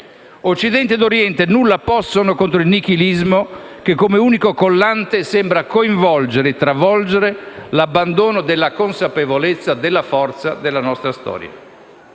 Occidente ed Oriente nulla possono contro il nichilismo che, come unico collante, sembra coinvolgere e travolgere l'abbandono della consapevolezza della forza della propria storia.